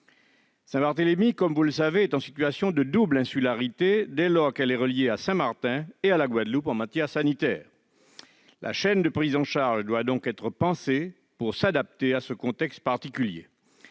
Saint-Barthélemy, comme vous le savez, est en situation de double insularité, dès lors qu'elle est reliée à Saint-Martin et à la Guadeloupe en matière sanitaire. La chaîne de prise en charge doit donc être pensée pour s'adapter à ce contexte particulier.